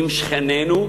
עם שכנינו,